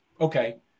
Okay